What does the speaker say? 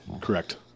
Correct